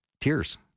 tears